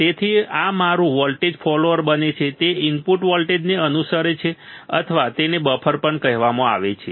તેથી આ મારું વોલ્ટેજ ફોલોઅર બને છે તે ઇનપુટ વોલ્ટેજને અનુસરે છે અથવા તેને બફર પણ કહેવાય છે